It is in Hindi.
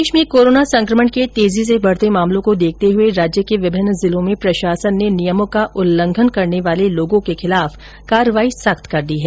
प्रदेश में कोरोना संकमण के तेजी से बढते मामलों को देखते हुए राज्य के विभिन्न जिलों में प्रशासन ने नियमों का उल्लंघन करने वाले लोगों के खिलाफ कार्रवाई सख्त कर दी है